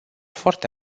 foarte